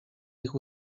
ich